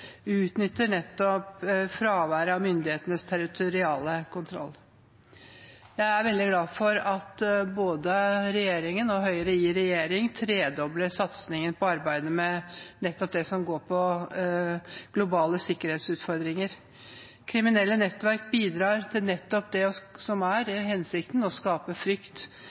utnytter nettopp fraværet av myndighetenes territoriale kontroll. Jeg er veldig glad for at regjeringen og Høyre i regjering tredobler satsingen på arbeidet med nettopp det som går på globale sikkerhetsutfordringer. Kriminelle nettverk bidrar til det som er hensikten: å skape frykt.